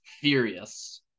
furious